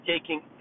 taking